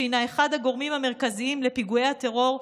שהינה אחד הגורמים המרכזיים לפיגועי הטרור,